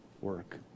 work